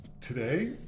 today